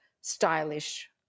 stylish